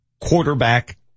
quarterback